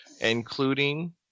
including